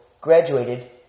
graduated